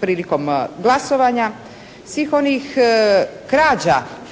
prilikom glasovanja, svih onih krađa